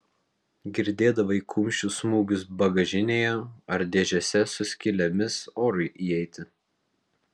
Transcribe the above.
girdėdavai kumščių smūgius bagažinėje ar dėžėse su skylėmis orui įeiti